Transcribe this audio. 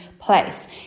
place